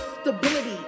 stability